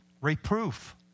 Reproof